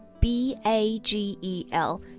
B-A-G-E-L